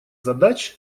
задач